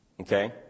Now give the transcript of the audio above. Okay